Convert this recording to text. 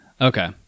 Okay